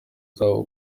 zabo